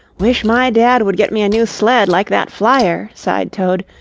wish my dad would get me a new sled like that flyer, sighed toad.